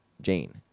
Jane